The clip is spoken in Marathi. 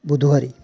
बुधवारी